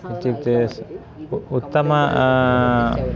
इत्युक्ते स् उ उत्तम